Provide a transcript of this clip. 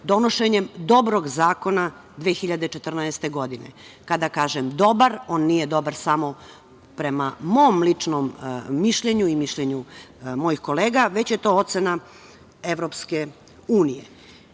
donošenjem dobrog zakona 2014. godine. Kada kažem dobar, on nije dobar samo prema mom ličnom mišljenju i mišljenju mojih kolega, već je to ocena EU.Izazovi,